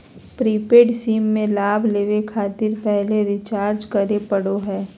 prepaid sim में लाभ लेबे खातिर पहले रिचार्ज करे पड़ो हइ